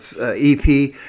EP